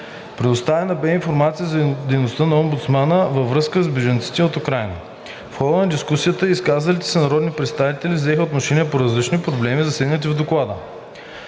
Предоставена бе и информация за дейността на омбудсмана във връзка с бежанците от Украйна. В хода на дискусията изказалите се народни представители взеха отношение по различните проблеми, засегнати в Доклада.